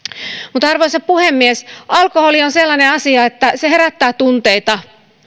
tasalla arvoisa puhemies alkoholi on sellainen asia että se herättää tunteita